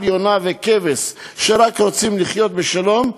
כל יונה וכבש שרק רוצים לחיות בשלום,